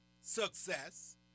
success